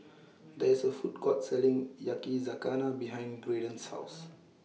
There IS A Food Court Selling Yakizakana behind Graydon's House